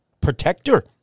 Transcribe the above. protector